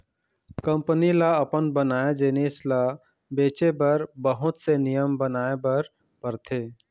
company ल अपन बनाए जिनिस ल बेचे बर बहुत से नियम बनाए बर परथे